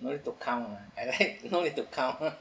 no need to count lah I like no need to count